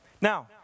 Now